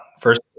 First